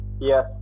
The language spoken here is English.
yes